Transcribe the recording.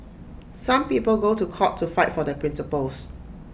some people go to court to fight for their principles